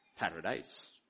paradise